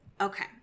okay